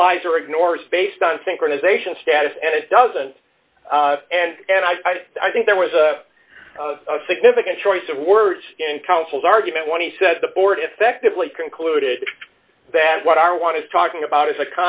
applies or ignores based on synchronization status and it doesn't and then i did i think there was a significant choice of words in councils argument when he said the board effectively concluded that what our want is talking about is a